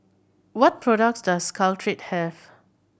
what products does Caltrate have